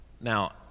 Now